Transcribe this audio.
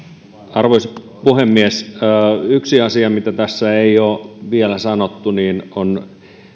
arvoisa puhemies yksi asia mistä tässä ei ole vielä sanottu on